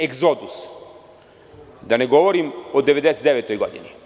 egzodus, a da ne govorim o 1999. godini.